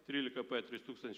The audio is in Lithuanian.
trylika p trys tūkstančiai